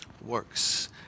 works